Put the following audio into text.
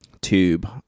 tube